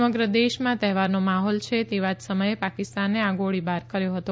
સમગ્ર દેશમાં તહેવારનો માહોલ છે તેવા જ સમયે પાકિસ્તાને આ ગોળીબાર કર્યો હતો